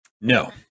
No